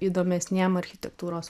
įdomesniem architektūros